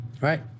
Right